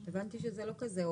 הבנתי שזה לא כזה הולך.